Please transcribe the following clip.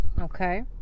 Okay